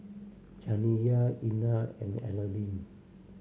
Janiya Einar and Alene